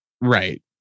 Right